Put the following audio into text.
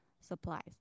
supplies